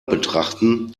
betrachten